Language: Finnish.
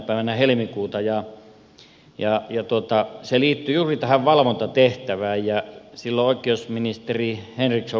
päivänä helmikuuta ja se liittyi juuri tähän valvontatehtävään